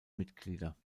mitglieder